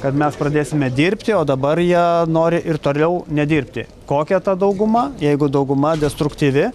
kad mes pradėsime dirbti o dabar jie nori ir toliau nedirbti kokia ta dauguma jeigu dauguma destruktyvi